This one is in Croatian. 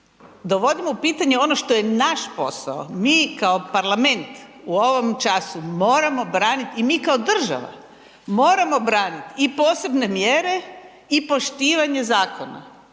Dovodimo u pitanje ono što je naš posao. Mi kao parlament u ovom času moramo branit i mi kao država moramo branit i posebne mjere i poštivanje zakona.